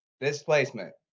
Displacement